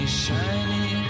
shiny